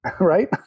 right